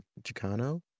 chicano